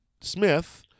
Smith